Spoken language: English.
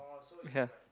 ya